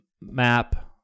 map